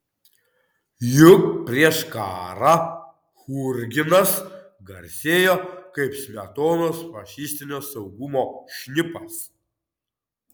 juk prieš karą churginas garsėjo kaip smetonos fašistinio saugumo šnipas